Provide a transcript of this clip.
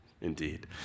Indeed